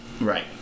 Right